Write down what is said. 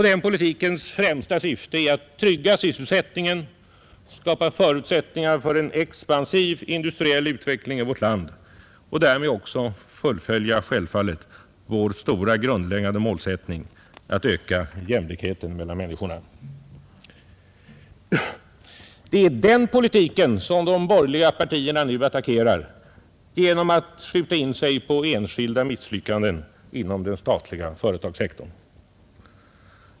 Denna politiks främsta syfte är att trygga sysselsättningen, att skapa förutsättningar för en expansiv industriell utveckling i vårt land och därmed självfallet att fullfölja vår stora, grundläggande målsättning att öka jämlikheten mellan människorna. Det är den politiken som de borgerliga partierna nu attackerar genom att skjuta in sig på enskilda misslyckanden inom den statliga företagssektorn.